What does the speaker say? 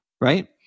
right